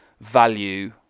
value